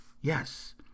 Yes